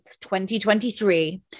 2023